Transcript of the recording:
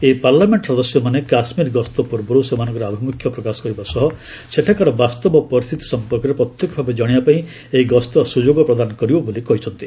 ଏହି ପାର୍ଲାମେଣ୍ଟ ସଦସ୍ୟମାନେ କାଶ୍ମୀର ଗସ୍ତ ପୂର୍ବରୁ ସେମାନଙ୍କର ଆଭିମୁଖ୍ୟ ପ୍ରକାଶ କରିବା ସହ ସେଠାକାର ବାସ୍ତବ ପରିସ୍ଥିତି ସମ୍ପର୍କରେ ପ୍ରତ୍ୟକ୍ଷ ଭାବେ ଜାଶିବା ପାଇଁ ଏହି ଗସ୍ତ ସୁଯୋଗ ପ୍ରଦାନ କରିବ ବୋଲି କହିଛନ୍ତି